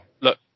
look